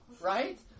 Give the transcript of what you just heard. Right